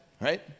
right